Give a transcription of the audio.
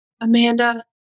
Amanda